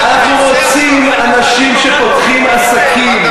אנחנו רוצים אנשים שפותחים עסקים,